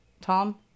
tom